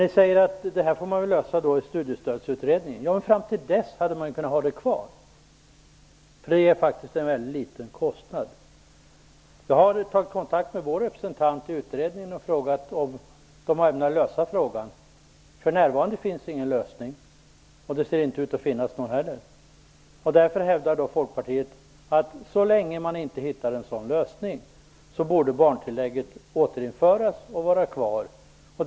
Ni säger att man får lösa problemet i Studiestödsutredningen. Ja, fram till dess hade man ju kunnat ha barntillägget kvar, för det är faktiskt en mycket liten kostnad. Jag har tagit kontakt med vår representant i utredningen och frågat hur man ämnar lösa frågan. För närvarande finns ingen lösning och det ser inte ut att finnas någon framöver heller. Därför hävdar Folkpartiet att barntillägget borde återinföras och vara kvar så länge man inte hittar en sådan lösning.